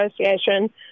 Association